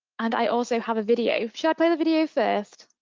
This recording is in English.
and i also have a video. should i play the video first?